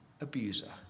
abuser